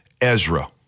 Ezra